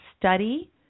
study